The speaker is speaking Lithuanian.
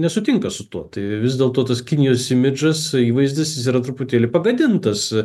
nesutinka su tuo tai vis dėl to tas kinijos imidžas įvaizdis jis yra truputėlį pagadintas